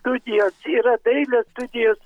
studijos yra dailės studijos